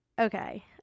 okay